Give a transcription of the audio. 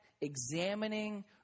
examining